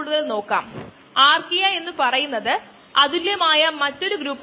5 മണിക്കൂർ ഇൻവെർസ് ആണ്